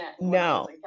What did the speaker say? No